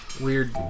weird